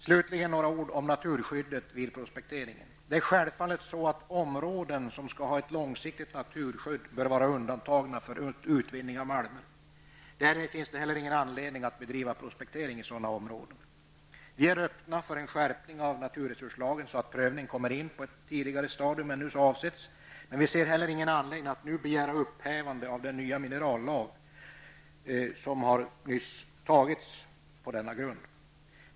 Slutligen några ord om naturskyddet vid prospekteringen. Det är självfallet så att områden som skall ha ett långsiktigt naturskydd bör vara undantagna från utvinning av malmer. Därmed finns det heller ingen anledning att bedriva prospektering i sådana områden. Vi är öppna för en skärpning av NRL så att prövningen kommer in på ett tidigare stadium än som nu avsetts. Men vi ser ingen anledning att nu begära upphävande av den nya minerallag som stiftas på denna grund.